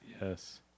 Yes